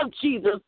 Jesus